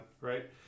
right